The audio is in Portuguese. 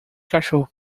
cachorro